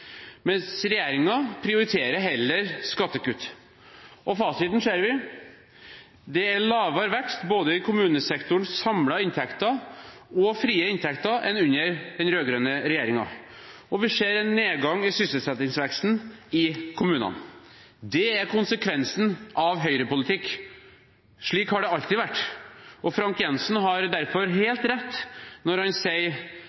mens regjeringen heller prioriterer skattekutt. Fasiten ser vi: Det er lavere vekst i kommunesektorens samlede inntekter og i de frie inntektene enn under den rød-grønne regjeringen, og vi ser en nedgang i sysselsettingsveksten i kommunene. Det er konsekvensen av Høyre-politikk. Slik har det alltid vært, og Frank J. Jenssen har derfor